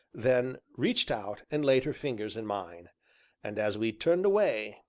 then reached out, and laid her fingers in mine and, as we turned away,